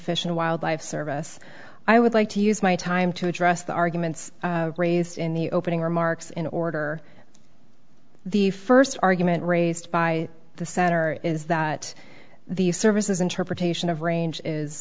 fish and wildlife service i would like to use my time to address the arguments raised in the opening remarks in order the first argument raised by the center is that the services interpretation of range is